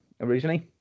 originally